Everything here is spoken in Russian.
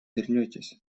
вернетесь